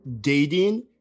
dating